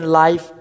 life